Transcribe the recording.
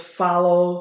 follow